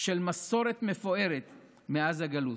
של מסורת מפוארת מאז הגלות.